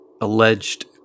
alleged